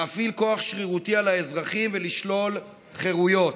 להפעיל כוח שרירותי על האזרחים ולשלול חירויות.